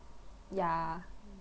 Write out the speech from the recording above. ya